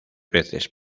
veces